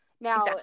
now